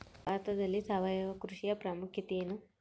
ಭಾರತದಲ್ಲಿ ಸಾವಯವ ಕೃಷಿಯ ಪ್ರಾಮುಖ್ಯತೆ ಎನು?